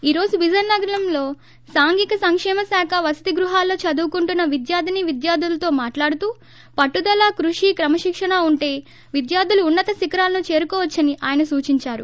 ఈ రోజు విజయనగరంలో సాంఘిక సంకేమ శాఖ వసతి గృహాల్లో చదువుకుంటున్న విద్యార్దిని విద్యార్దులతో మాట్లాడుతూ పట్టుదల కృషి క్రమశిక్షణ ఉంట విద్యార్దులు ఉన్నత శిఖరాలను చేరుకోవచ్చని ఆయన సూచించారు